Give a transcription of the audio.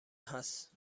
هست